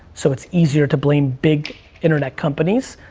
so it's easier to blame big internet companies,